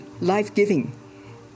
life-giving